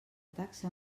taxa